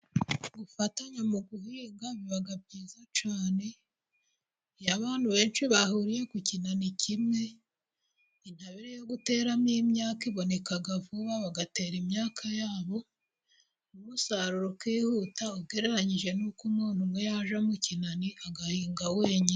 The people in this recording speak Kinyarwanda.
Gufatanya mu guhinga biba byiza cyane. Iyo abantu benshi bahuriye mu kinani kimwe, intabire yo guteramo imyaka iboneka vuba, bagatera imyaka yabo. Umusaruro ukihuta ugereranyije n'uko umuntu umwe yajya mu kinani agahinga wenyine.